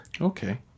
Okay